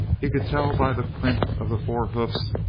he could tell by the print of the four hoofs,